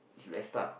is messed up